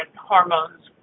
hormones